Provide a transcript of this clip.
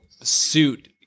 suit